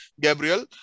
Gabriel